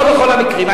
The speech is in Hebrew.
לא בכל המקרים.